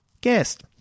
Guest